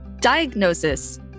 Diagnosis